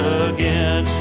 again